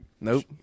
Nope